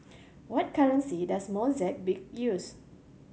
what currency does Mozambique use